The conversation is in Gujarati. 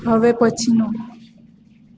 હવે પછીનું